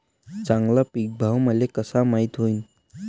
चांगला पीक भाव मले कसा माइत होईन?